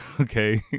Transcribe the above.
okay